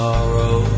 Sorrow